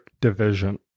division